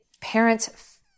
parents